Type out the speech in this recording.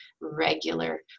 regular